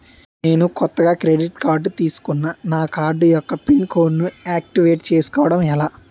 నేను కొత్తగా credit card తిస్కున్నా నా కార్డ్ యెక్క పిన్ కోడ్ ను ఆక్టివేట్ చేసుకోవటం ఎలా?